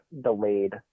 delayed